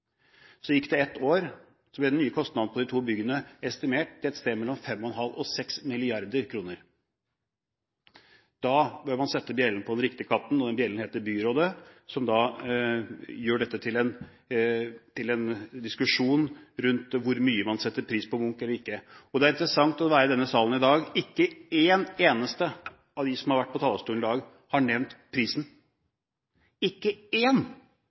så ble den nye kostnaden for de to byggene estimert til et sted mellom 5,5 og 6 mrd. kr. Da bør man sette bjellen på den riktige katten, og den bjellen heter byrådet, som da gjør dette til en diskusjon rundt hvor mye man setter pris på Munch – eller ikke. Det er interessant å være i denne salen i dag. Ikke en eneste av dem som har vært på talerstolen i dag har nevnt prisen – ikke